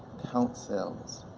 count cells,